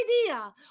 idea